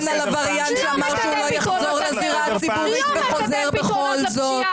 יש גם עבריין שאמר שלא יחזור לזירה הציבורית ובכל זאת הוא חוזר.